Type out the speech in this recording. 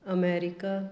America